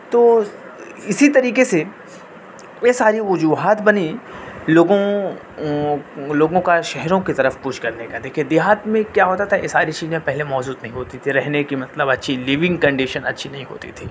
تو اسی طریقے سے یہ ساری وجوہات بنیں لوگوں لوگوں کا شہروں کے طرف کوچ کرنے کا دیکھیے دیہات میں کیا ہوتا تھا یہ ساری چیزیں پہلے موجود نہیں ہوتی تھی رہنے کی مطلب اچھی لیونگ کنڈیشن اچھی نہیں ہوتی تھی